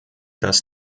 dass